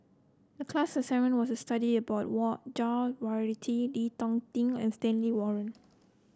the class assignment was to study about Jah Lelawati Chee Hong Tat and Stanley Warren